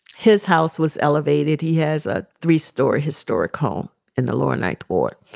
his house was elevated. he has a three-story historic home in the lower ninth ward.